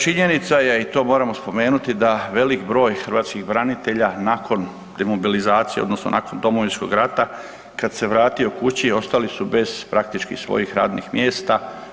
Činjenica je i to moramo spomenuti da velik broj hrvatskih branitelja nakon demobilizacije odnosno nakon Domovinskog rata kad se vratio kući ostali su bez praktički svojih radnih mjesta.